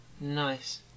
Nice